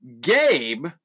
Gabe